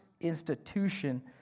institution